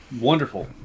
wonderful